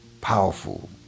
powerful